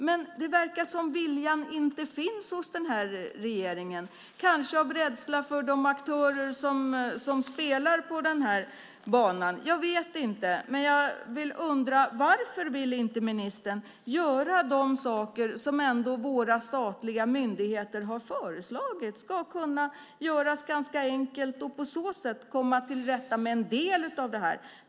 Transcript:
Men det verkar som om viljan inte finns hos den här regeringen, kanske av rädsla för de aktörer som spelar på den här banan. Jag vet inte. Men jag undrar: Varför vill inte ministern göra de saker som våra statliga myndigheter har föreslagit skulle kunna göras ganska enkelt och på så sätt komma till rätta med en del av det här?